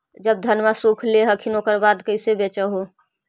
जब धनमा सुख ले हखिन उकर बाद कैसे बेच हो?